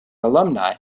alumni